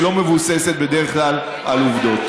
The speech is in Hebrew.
שלא מבוססת בדרך כלל על עובדות.